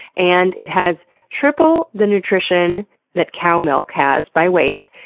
and it has triple the nutrition that cow milk has by weight,